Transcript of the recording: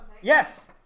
Yes